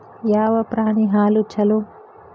ಯಾವ ಪ್ರಾಣಿ ಹಾಲು ಛಲೋ?